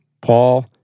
Paul